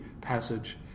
passage